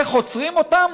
איך עוצרים אותן,